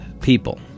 people